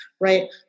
right